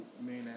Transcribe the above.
main